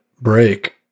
break